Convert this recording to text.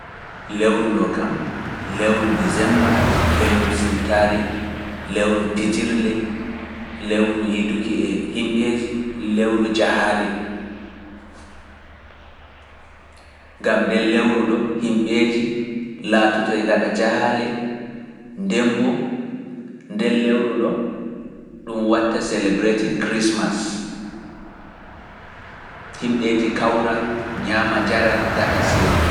Lewru ɗo kam, lewru disemba, lewru siwtaare, lewru pijirle, lewru yidduki e himɓeeji, lewru jahaale. Gam nden lewru ɗo, himɓeeji laatoto e ngaɗa jahaale, ndemboo, nden lewru ɗo, ɗum watta celebrating Christmas. Himɓeeji kawra, ñaama, njara, ngaɗa seyo.